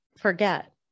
forget